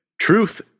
truth